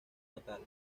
natal